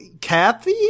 Kathy